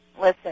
Listen